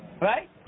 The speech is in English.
Right